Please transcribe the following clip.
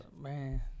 Man